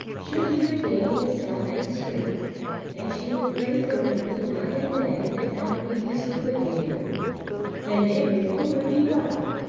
should he regain his health and strength and she would pray fervently night and day that god would be so good to him then everything would be well.